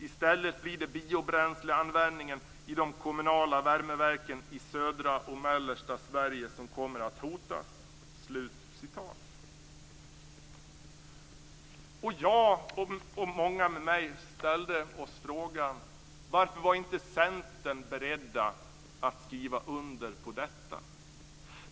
I stället blir det biobränsleanvändningen i de kommunala värmeverken i södra och mellersta Sverige som kommer att hotas." Jag och många med mig ställde oss frågan: Varför var inte Centern beredd att skriva under på detta?